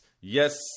yes